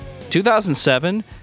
2007